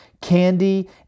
candy